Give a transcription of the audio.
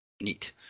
Neat